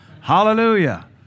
Hallelujah